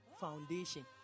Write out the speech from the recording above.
Foundation